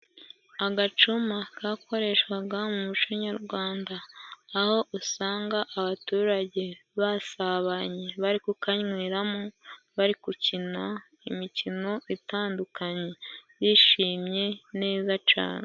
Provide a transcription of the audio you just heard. Agacuma kakoreshwaga mu muco nyarwanda, aho usanga abaturage basabanye bari kukanyweramo, bari gukina imikino itandukanye bishimye neza cyane.